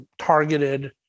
targeted